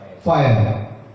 fire